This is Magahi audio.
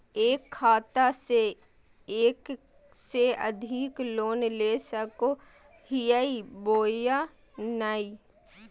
एक खाता से एक से अधिक लोन ले सको हियय बोया नय?